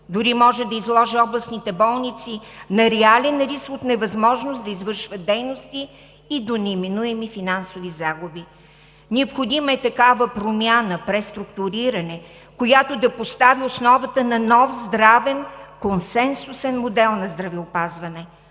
дори може да изложи областните болници на реален риск от невъзможност да извършват дейности и до неминуеми финансови загуби. Необходима е такава промяна, преструктуриране, която да постави основата на нов здравен консенсусен модел на здравеопазване